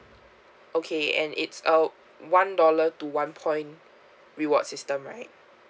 okay and it's uh one dollar to one point reward system right